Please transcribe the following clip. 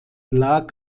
lag